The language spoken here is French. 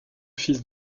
fils